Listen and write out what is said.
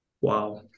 Wow